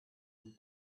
den